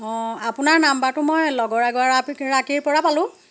অ' আপোনাৰ নাম্বাৰটো মই লগৰ এগৰাকীৰ পৰা পালো